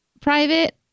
private